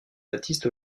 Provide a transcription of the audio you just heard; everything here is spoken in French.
baptiste